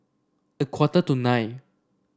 a quarter to nine